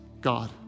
God